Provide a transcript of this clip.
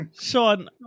Sean